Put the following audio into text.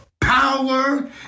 power